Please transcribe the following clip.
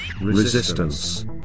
Resistance